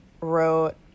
wrote